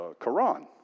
Quran